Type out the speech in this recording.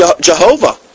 Jehovah